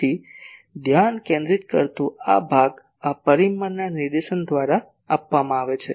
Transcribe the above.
તેથી ધ્યાન કેન્દ્રિત કરતું ભાગ આ પરિમાણના નિર્દેશન દ્વારા માપવામાં આવે છે